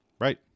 right